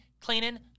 cleaning